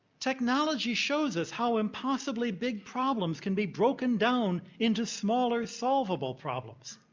technology shows us how impossibly big problems can be broken down into smaller solvable problems.